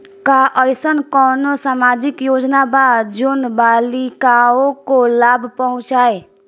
का अइसन कोनो सामाजिक योजना बा जोन बालिकाओं को लाभ पहुँचाए?